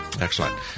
Excellent